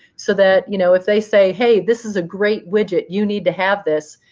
so that you know if they say, hey, this is a great widget. you need to have this.